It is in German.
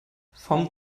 vom